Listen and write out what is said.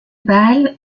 baal